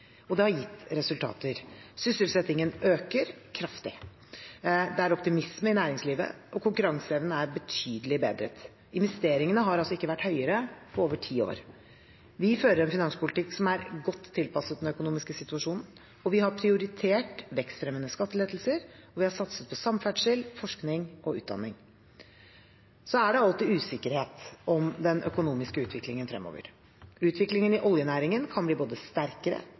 Det har gitt resultater. Sysselsettingen øker kraftig. Det er optimisme i næringslivet. Konkurranseevnen er betydelig bedret. Investeringene har ikke vært høyere på over ti år. Vi fører en finanspolitikk som er godt tilpasset den økonomiske situasjonen. Vi har prioritert vekstfremmende skattelettelser, og vi har satset på samferdsel, forskning og utdanning. Så er det alltid usikkerhet om den økonomiske utviklingen fremover. Utviklingen i oljenæringen kan bli både sterkere